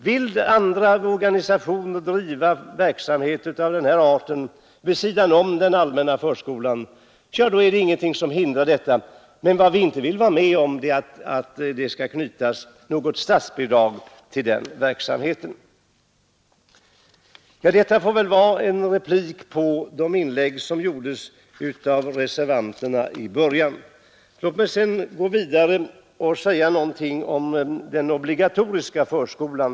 Vill andra organisationer driva verksamhet av denna art vid sidan om den allmänna förskolan så är det ingenting som hindrar dem från detta. Men vi vill inte vara med om att det skall knytas något statsbidrag till den verksamheten. Detta får utgöra repliker på de inlägg som gjordes av reservanterna i början av debatten. Låt mig sedan gå vidare och säga något om den obligatoriska förskolan.